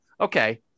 Okay